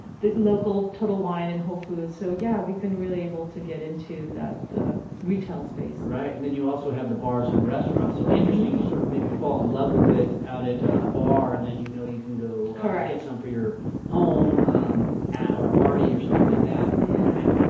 the local total wine in whole foods. so yeah, we've been really able to get into that the retail space, right? and then you also have the bars and restaurants so interesting sort of maybe fall in love with it out at a bar and then you know, you can go get some for your home at or a party or something like that. yeah.